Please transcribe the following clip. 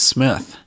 Smith